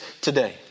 today